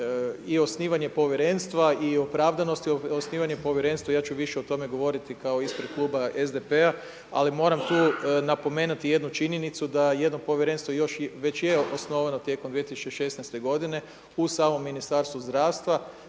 i osnivanje povjerenstva i opravdanosti o osnivanja povjerenstva, ja ću više o tome govoriti ispred kluba SDP-a ali moramo tu napomenuti jednu činjenicu da jedno povjerenstvo još već je osnovano tijekom 2016. godine u samom Ministarstvu zdravstva,